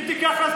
היא תיקח.